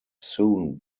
soon